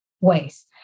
ways